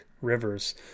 Rivers